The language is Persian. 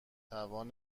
توان